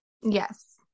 Yes